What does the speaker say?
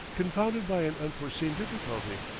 confounded by an unforeseen difficulty.